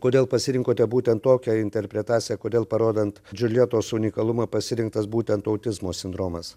kodėl pasirinkote būtent tokią interpretaciją kodėl parodant džiuljetos unikalumą pasirinktas būtent autizmo sindromas